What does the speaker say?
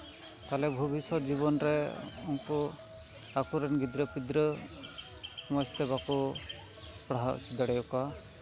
ᱛᱟᱦᱚᱞᱮ ᱵᱷᱚᱵᱤᱥᱥᱚᱛ ᱡᱤᱵᱚᱱ ᱨᱮ ᱩᱱᱠᱩ ᱟᱠᱚᱨᱮᱱ ᱜᱤᱫᱽᱨᱟᱹᱼᱯᱤᱫᱽᱨᱟᱹ ᱢᱚᱡᱽᱛᱮ ᱵᱟᱠᱚ ᱯᱟᱲᱦᱟᱣ ᱦᱚᱪᱚ ᱫᱟᱲᱮᱭᱟ ᱠᱚᱣᱟ